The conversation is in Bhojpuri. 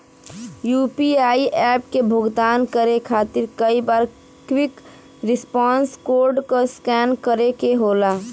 यू.पी.आई एप से भुगतान करे खातिर कई बार क्विक रिस्पांस कोड क स्कैन करे क होला